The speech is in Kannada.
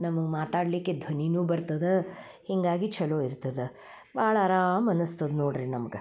ನಮಗೆ ಮಾತಾಡಲ್ಲಿಕ್ಕೆ ಧ್ವನಿನೂ ಬರ್ತದೆ ಹೀಗಾಗಿ ಛಲೋ ಇರ್ತದೆ ಭಾಳ ಅರಾಮ್ ಅನ್ನಸ್ತದೆ ನೋಡ್ರಿ ನಮ್ಗೆ